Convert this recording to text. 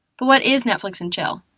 but what is netflix and chill?